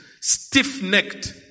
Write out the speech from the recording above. stiff-necked